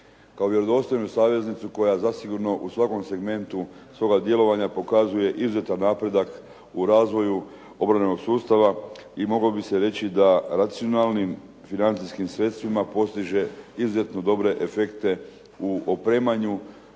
kao vjerodostojnu saveznicu koja zasigurno u svakom segmentu svoga djelovanja pokazuje izuzetan napredak u razvoju obrambenog sustava i moglo bi se reći da racionalnim financijskim sredstvima postiže izuzetno dobre efekte u opremanju,